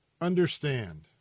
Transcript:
Understand